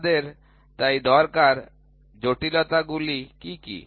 আমাদের তাই দরকার জটিলতা গুলি কী কী